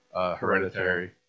Hereditary